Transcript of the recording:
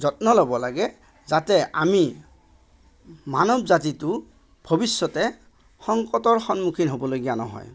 যত্ন ল'ব লাগে যাতে আমি মানৱ জাতিটো ভৱিষ্য়তে সংকটৰ সন্মুখীন হ'বলগীয়া নহয়